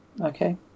Okay